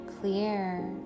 clear